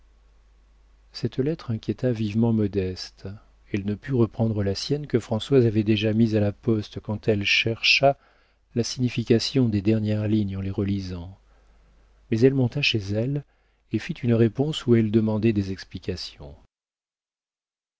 cette lettre inquiéta vivement modeste elle ne put reprendre la sienne que françoise avait déjà mise à la poste quand elle chercha la signification des dernières lignes en les relisant mais elle monta chez elle et fit une réponse où elle demandait des explications